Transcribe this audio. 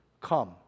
come